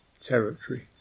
territory